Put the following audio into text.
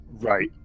Right